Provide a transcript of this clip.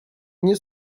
nie